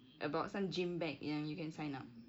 about some gym bag yang you can sign up